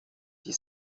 die